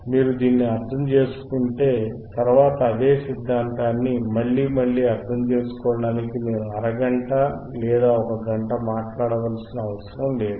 మీరు దీన్ని అర్థం చేసుకుంటే తర్వాత అదే సిద్ధాంతాన్ని మీకు మళ్ళీ అర్థం చేసుకోవడానికి నేను అరగంట లేదా ఒక గంట మాట్లాడవలసిన అవసరం లేదు